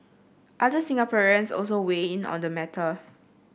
other Singaporeans also weigh in on the matter